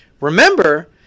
remember